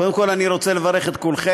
קודם כול אני רוצה לברך את כולכם,